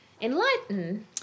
enlighten